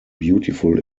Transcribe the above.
beautiful